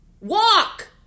Walk